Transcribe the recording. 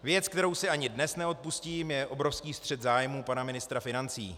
Věc, kterou si ani dnes neodpustím, je obrovský střet zájmů pana ministra financí.